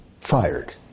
fired